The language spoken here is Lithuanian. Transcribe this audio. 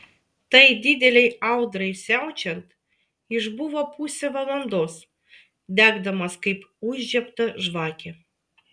tai didelei audrai siaučiant išbuvo pusę valandos degdamas kaip užžiebta žvakė